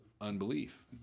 unbelief